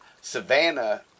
Savannah